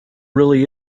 really